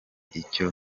icyo